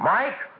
Mike